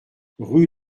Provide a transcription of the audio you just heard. rue